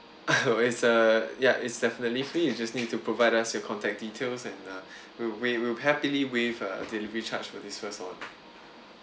it's a ya it's definitely free you just need to provide us your contact details and uh we we will happily waive a delivery charge for this first order